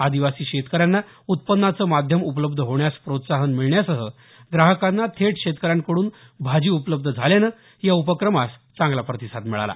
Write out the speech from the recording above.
आदिवासी शेतकऱ्यांना उत्पन्नाचं माध्यम उपलब्ध होण्यास प्रोत्साहन मिळण्यासह ग्राहकांना थेट शेतकऱ्यांकडून भाजी उपलब्ध झाल्यान या उपक्रमास चांगला प्रतिसाद मिळाला